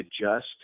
adjust